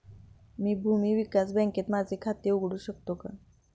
मी भूमी विकास बँकेत माझे खाते उघडू शकतो का?